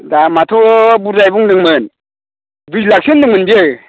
दामाथ' बुरजायैनो बुंदोंमोन दुइ लाखसो होनदोंमोन बियो